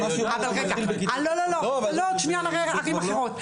אבל עוד שנייה נראה ערים אחרות.